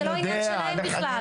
זה לא עניין שלהם בכלל,